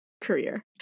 career